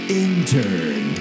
intern